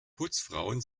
putzfrauen